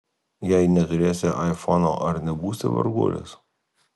jei neturėsi aifono ar nebūsi varguolis